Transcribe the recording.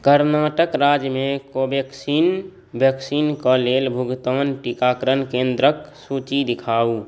कर्नाटक राज्यमे कोवेक्सिन वैक्सीनके लेल भुगतान टीकाकरण केन्द्रके सूची देखाउ